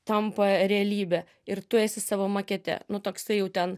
tampa realybe ir tu esi savo makete nu toksai jau ten